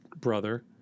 brother